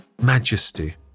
Majesty